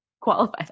qualify